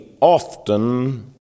often